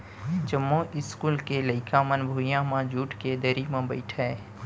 जमो इस्कूल के लइका मन भुइयां म जूट के दरी म बइठय